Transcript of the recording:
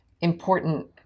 important